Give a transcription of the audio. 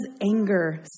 anger